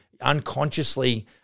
unconsciously